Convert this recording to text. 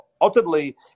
ultimately